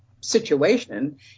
situation